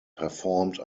performed